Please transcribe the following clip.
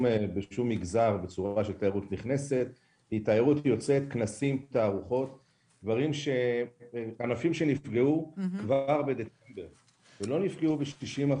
הוא תיירות יוצאת, מדובר בענפים שנפגעו כבר מזמן,